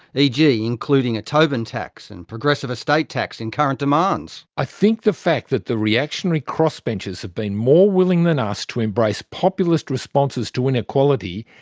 g. including a tobin tax and progressive estate tax in current demands. i think the fact that the reactionary crossbenchers have been more willing than us to embrace populist responses to inequality,